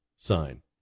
sign